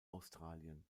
australien